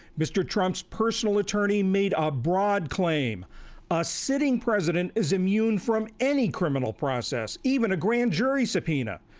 mr. trump's personal attorney made a broad claim a sitting president is immune from any criminal process, even a grand jury subpoena.